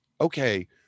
okay